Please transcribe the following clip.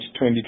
2023